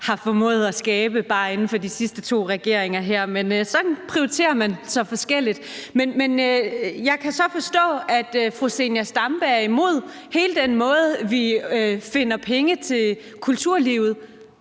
har formået at skabe bare inden for de sidste to regeringsperioder her. Men sådan prioriterer man så forskelligt. Jeg kan så forstå, at fru Zenia Stampe er imod hele den måde, vi finder penge til kulturlivet